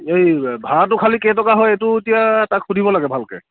এই ভাড়াটো খালী কেই টকা হয় এইটো এতিয়া তাক সুধিব লাগে ভালকৈ